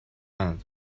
and